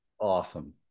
Awesome